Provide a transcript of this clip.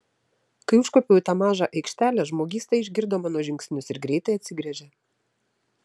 kai užkopiau į tą mažą aikštelę žmogysta išgirdo mano žingsnius ir greitai atsigręžė